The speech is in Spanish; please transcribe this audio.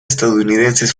estadounidenses